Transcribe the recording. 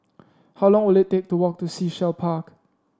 how long will it take to walk to Sea Shell Park